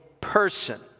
person